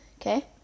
okay